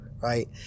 Right